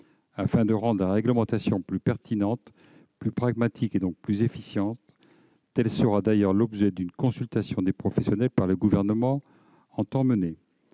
afin de rendre la réglementation plus pertinente, plus pragmatique et donc plus efficiente. Tel sera d'ailleurs l'objet d'une consultation des professionnels que le Gouvernement entend mener.